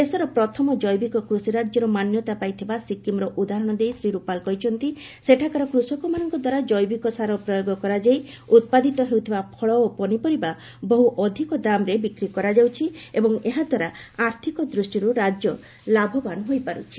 ଦେଶର ପ୍ରଥମ ଜୈବିକ କୃଷିରାଜ୍ୟର ମାନ୍ୟତା ପାଇଥିବା ସିକିମ୍ର ଉଦାହରଣ ଦେଇ ଶ୍ରୀ ରୁପାଲ କହିଛନ୍ତି ସେଠାକାର କୃଷକମାନଙ୍କ ଦ୍ୱାରା ଜୈବିକ ସାର ପ୍ରୟୋଗ କରାଯାଇ ଉତ୍ପାଦିତ ହେଉଥିବା ଫଳ ଓ ପନିପରିବା ବହୁ ଅଧିକ ଦାମରେ ବିକ୍ରି କରାଯାଉଛି ଏବଂ ଏହାଦ୍ୱାରା ଆର୍ଥିକ ଦୃଷ୍ଟିରୁ ରାଜ୍ୟ ଲାଭବାନ ହୋଇପାରୁଛି